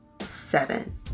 seven